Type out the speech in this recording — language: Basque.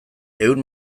ehun